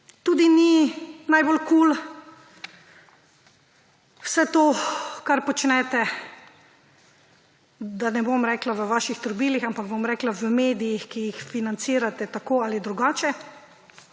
Tudi ni najbolj kul vse to, kar počnete, da ne bom rekla v vaših trobilih, ampak bom rekla v medijih, ki jih financirate tako ali drugače,